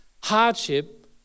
hardship